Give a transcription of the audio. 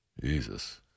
Jesus